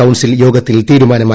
council യോഗത്തിൽ തീരുമാനമായി